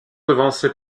devancé